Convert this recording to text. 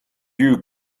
you